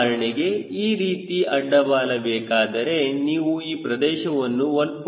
ಉದಾಹರಣೆಗೆ ಈ ರೀತಿ ಅಡ್ಡ ಬಾಲ ಬೇಕಾದರೆ ನೀವು ಈ ಪ್ರದೇಶವನ್ನು 1